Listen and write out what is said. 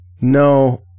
No